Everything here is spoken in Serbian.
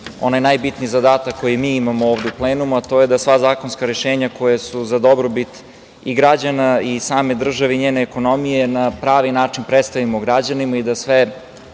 onaj najbitniji zadatak koji mi imamo ovde u plenumu, a to je da sva zakonska rešenja koja su dobrobit i građana i same države i njene ekonomije na pravi način prestavimo građanima i da sve